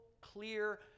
clear